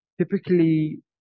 typically